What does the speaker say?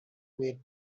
wait